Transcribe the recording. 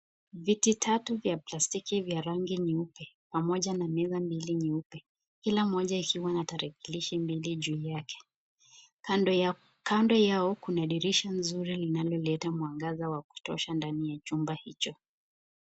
Viti tatu vya plastiki vya rangi nyeupe pamoja na meza mbili nyeupe, kila moja ikiwa na tarakilishi mbili juu yake. Kando yao kuna dirisha nzuri linaloleta mwangaza wa kutosha ndani ya chumba hicho.